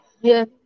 Yes